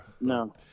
no